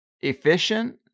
efficient